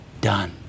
done